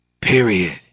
period